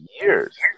years